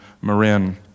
Marin